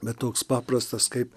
bet toks paprastas kaip